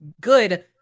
good